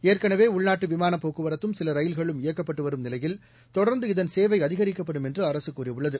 ஏற்கனவே உள்நாட்டு விமானப் போக்குவரத்தும் சில ரயில்களும் இயக்கப்பட்டு வரும் நிலையில் தொடர்ந்து இதன் சேவை அதிகரிக்கப்படும் என்று அரசு கூறியுள்ளது